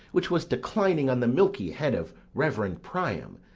which was declining on the milky head of reverend priam,